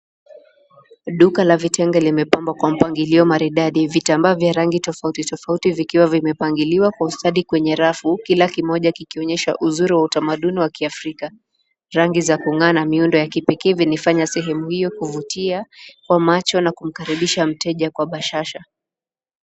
Duka la vitenge limepambwa kwa mpangilio maridadi . Vitambaa vya rangi tofauti toafuti vikiwa vimepangiliwa kwa ustadi kwenye rafu kila kimoja kikonyesha uzuri wa utamaduni wa kiafrika. Rangi za kung'aa na miundo ya kipekee vinaifanya sehemu hiyo kuvutia kwa macho na kumkaribisha mteja kwa bashasha.